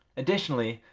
additionally,